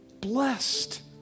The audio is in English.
blessed